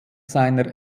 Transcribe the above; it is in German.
seiner